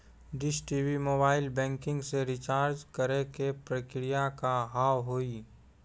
Dish TV mobile banking से recharge करे के प्रक्रिया का हाव हई?